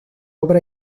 obra